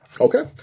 okay